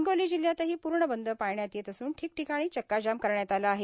हिंगोली जिल्ह्यातही पूर्ण बंद पाळण्यात येत असून ठिकठिकाणी चक्का जाम करण्यात आला आहे